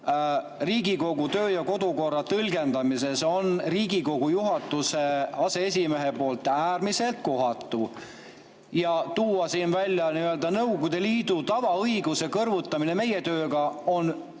Riigikogu töö‑ ja kodukorra tõlgendamisel on Riigikogu juhatuse aseesimehe suust äärmiselt kohatu. Ja tuua siin välja nii-öelda Nõukogude Liidu tavaõiguse kõrvutamine meie tööga on